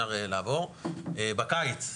בקיץ,